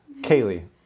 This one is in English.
Kaylee